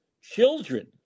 children